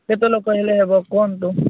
କେତେ ଲୋକ ହେଲେ ହେବ କୁହନ୍ତୁ